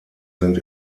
sind